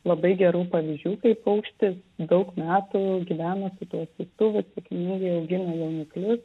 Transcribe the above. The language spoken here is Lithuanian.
labai gerų pavyzdžių kaip paukštis daug metų jau gyvena su tuo siųstuvu sėkmingai augina jauniklius